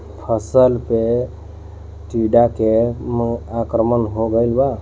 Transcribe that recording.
फसल पे टीडा के आक्रमण हो गइल बा?